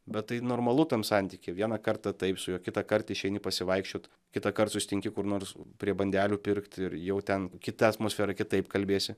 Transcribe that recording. bet tai normalu tam santyky vieną kartą taip su juo kitą kart išeini pasivaikščiot kitąkart susitinki kur nors prie bandelių pirkt ir jau ten kita atmosfera kitaip kalbėsi